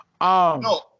No